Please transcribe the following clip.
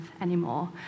anymore